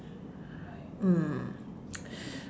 mm